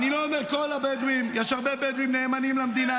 --- אני לא אומר "כל הבדואים" יש הרבה בדואים נאמנים למדינה,